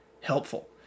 helpful